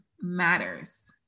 matters